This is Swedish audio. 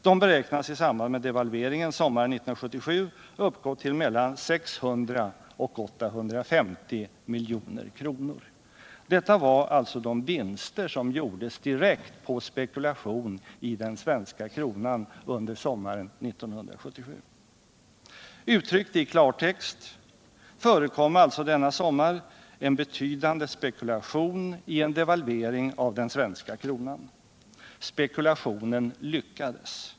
Dessa beräknas i samband med devalveringen sommaren 1977 ha uppgått till mellan 600 och 850 milj.kr. Detta var alltså de vinster som gjordes direkt på spekulation i den svenska kronan under sommaren 1977. Uttryckt i klartext förekom alltså denna sommar en betydande spekulation i en devalvering av den svenska kronan. Spekulationen lyckades.